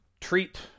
treat